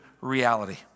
reality